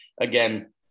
again